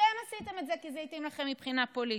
אתם עשיתם את זה, כי זה התאים לכם מבחינה פוליטית.